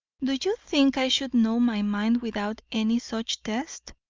do you think i should know my mind without any such test?